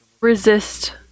resist